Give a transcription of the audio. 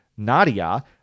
nadia